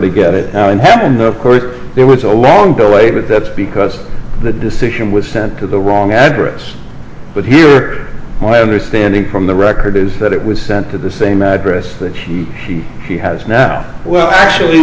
to get it and happened of course there was a long delay but that's because the decision was sent to the wrong address but here my understanding from the record is that it was sent to the same address that he has now well actually